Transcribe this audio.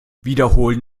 wiederholen